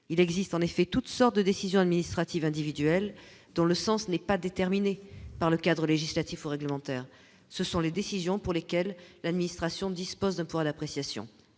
il existe en effet toutes sortes de décisions administratives individuelles dont le sens n'est pas déterminé par le cadre législatif ou réglementaire, ce sont les décisions pour lesquels l'administration dispose d'un pouvoir d'appréciation,